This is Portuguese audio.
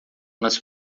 nas